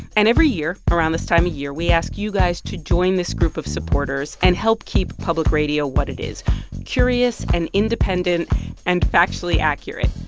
and every year around this time of year, we ask you guys to join this group of supporters and help keep public radio what it is curious and independent and factually accurate.